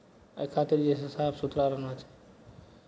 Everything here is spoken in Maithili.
ओहि खातिर जे छै साफ सुथरा रहना चाही